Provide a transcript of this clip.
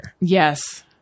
Yes